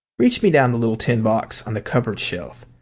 reach me down the little tin box on the cupboard shelf,